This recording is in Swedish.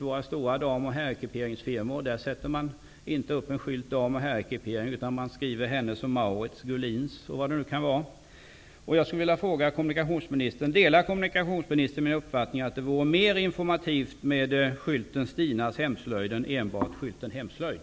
De stora dam och herrekiperingsfirmorna sätter t.ex. inte upp en skylt där det bara står ''Dam och herrekipering'' utan man anger firmanamnet Delar kommunikationsministern min uppfattning att det vore mer informativt med skylten ''Stinas hemslöjd'' än med skylten ''Hemslöjd''?